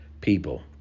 people